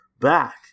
back